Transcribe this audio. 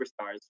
superstars